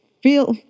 Feel